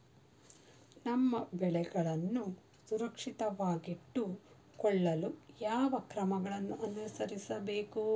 ನಮ್ಮ ಬೆಳೆಗಳನ್ನು ಸುರಕ್ಷಿತವಾಗಿಟ್ಟು ಕೊಳ್ಳಲು ಯಾವ ಕ್ರಮಗಳನ್ನು ಅನುಸರಿಸಬೇಕು?